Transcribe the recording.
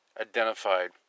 identified